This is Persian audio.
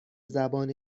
زبان